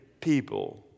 people